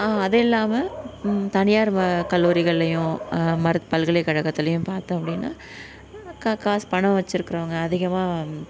அது இல்லாமல் தனியார் கல்லூரிகள்லேயும் பல்கலைக்கழகத்துலேயும் பார்த்தோம் அப்படினா காசு பணம் வச்சிருக்கிறவங்க அதிகமாக